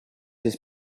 his